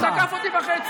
חברי הכנסת,